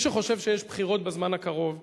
מי שחושב שיש בחירות בזמן הקרוב,